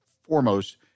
foremost